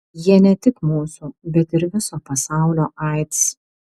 jie ne tik mūsų bet ir viso pasaulio aids